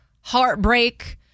heartbreak